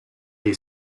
dei